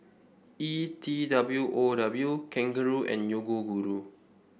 E T W O W Kangaroo and Yoguru